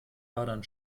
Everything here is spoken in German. adern